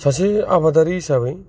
सासे आबादारि हिसाबै